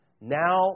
Now